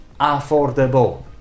affordable